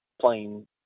playing